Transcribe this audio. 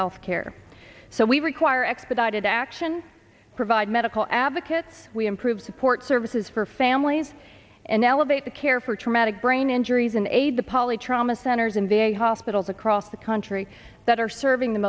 health care so we require expedited action provide medical advocate we improve support services for families and elevate the care for traumatic brain injuries and aid the poly trauma centers in v a hospitals across the country that are serving the